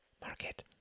Market